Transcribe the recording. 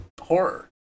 horror